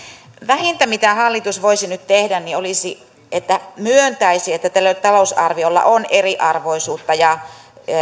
vähintä mitä hallitus voisi nyt tehdä olisi että se myöntäisi että tällä talousarviolla on eriarvoisuutta ja